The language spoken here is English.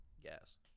Yes